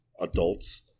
adults